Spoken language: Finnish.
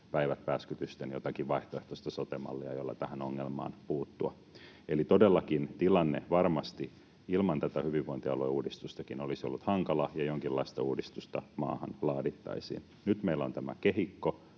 päivät pääksytysten jotakin vaihtoehtoista sote-mallia, jolla tähän ongelmaan puuttua. Eli todellakin tilanne varmasti ilman tätä hyvinvointialueuudistustakin olisi ollut hankala ja jonkinlaista uudistusta maahan laadittaisiin. Nyt meillä on tämä kehikko,